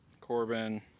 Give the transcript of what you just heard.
Corbin